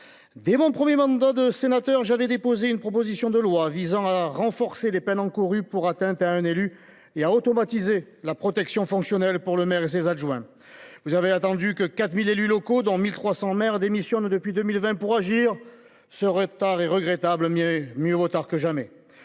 Dès mon premier mandat de sénateur, j’avais déposé une proposition de loi visant à renforcer les peines encourues pour atteinte à un élu et à automatiser la protection fonctionnelle pour le maire et ses adjoints. Vous avez attendu que 4 000 élus locaux, dont 1 300 maires, démissionnent depuis 2020 pour agir. Ce retard est regrettable, mais mieux vaut tard que jamais.